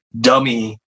dummy